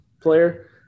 player